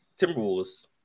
Timberwolves